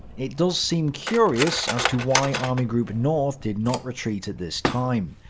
it does seem curious as to why army group north did not retreat at this time.